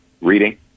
Reading